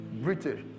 british